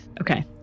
Okay